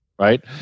right